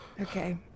Okay